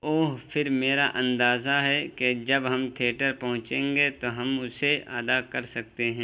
اوہ پھر میرا اندازہ ہے کہ جب ہم تھیٹر پہنچیں گے تو ہم اسے ادا کر سکتے ہیں